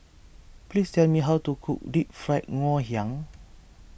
please tell me how to cook Deep Fried Ngoh Hiang